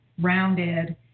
rounded